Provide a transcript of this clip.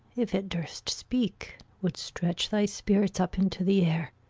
if it durst speak, would stretch thy spirits up into the air.